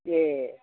ए